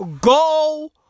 Go